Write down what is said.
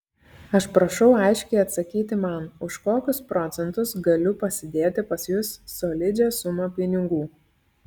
aš prašau aiškiai atsakyti man už kokius procentus galiu pasidėti pas jus solidžią sumą pinigų